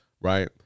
right